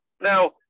Now